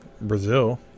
Brazil